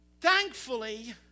Thankfully